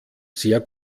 sehr